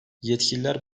yetkililer